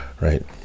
right